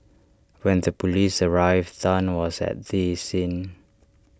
when the Police arrived Tan was at the scene